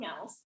else